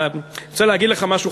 אני רוצה להגיד לכם משהו,